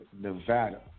Nevada